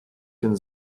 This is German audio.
den